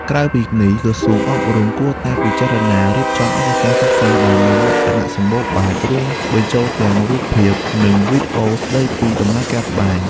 ក្រៅពីនេះ ក្រសួងអប់រំគួរតែពិចារណារៀបចំឯកសារសិក្សាដែលមានលក្ខណៈសម្បូរបែប រួមបញ្ចូលទាំងរូបភាព និងវីដេអូស្តីពីដំណើរការត្បាញ។